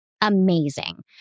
amazing